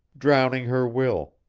drowning her will,